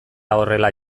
horrela